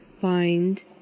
find